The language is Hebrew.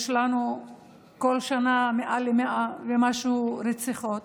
יש לנו כל שנה מעל ל-100 ומשהו רציחות.